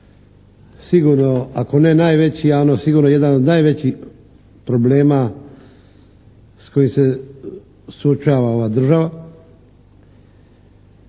sigurno ako ne najveći a ono sigurno jedan od najvećih problema s kojim se suočava ova država.